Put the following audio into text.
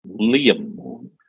Liam